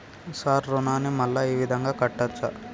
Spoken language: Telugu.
సార్ రుణాన్ని మళ్ళా ఈ విధంగా కట్టచ్చా?